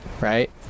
right